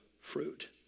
fruit